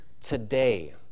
today